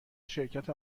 شرکت